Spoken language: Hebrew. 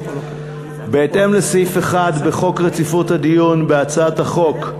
בהתאם לסעיף 1 בחוק רציפות הדיון בהצעות חוק,